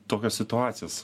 tokios situacijos